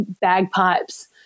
bagpipes